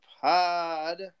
Pod